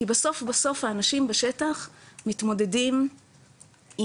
כי בסוף בסוף האנשים בשטח מתמודדים עם